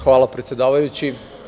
Hvala predsedavajući.